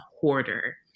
hoarder